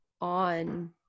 on